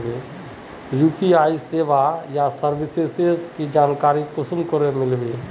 UPI सेवाएँ या services की जानकारी कुंसम मिलबे?